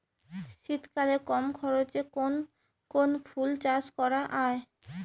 শীতকালে কম খরচে কোন কোন ফুল চাষ করা য়ায়?